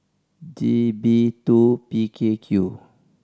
G B two P K Q